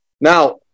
Now